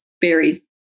varies